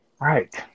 Right